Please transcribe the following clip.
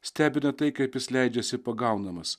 stebina tai kaip jis leidžiasi pagaunamas